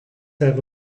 have